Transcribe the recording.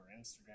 Instagram